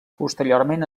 posteriorment